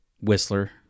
Whistler